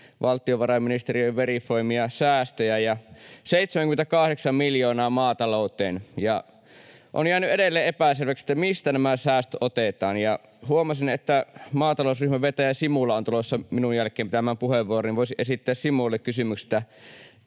valtiovarainministeriön verifioimia säästöjä ja 78 miljoonaa maatalouteen. On jäänyt edelleen epäselväksi, mistä nämä säästöt otetaan. Huomasin, että maatalousryhmän vetäjä Simula on tulossa minun jälkeeni pitämään puheenvuoron, niin että voisin esittää Simulalle kysymyksen,